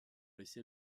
laissé